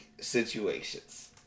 situations